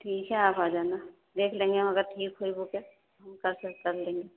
ٹھیک ہے آپ آ جانا دیکھ لیں گے ہم اگر ٹھیک ہوئی بکیں تو ہم کر سک کر لیں گے